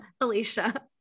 alicia